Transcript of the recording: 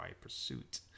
pursuit